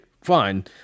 fine